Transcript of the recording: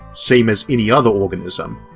same as any other organism,